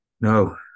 No